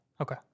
okay